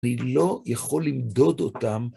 אני לא יכול למדוד אותם.